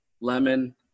lemon